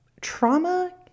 trauma